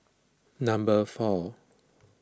number four